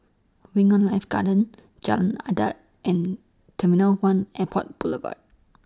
Wing on Life Garden Jalan Adat and Temilow one Airport Boulevard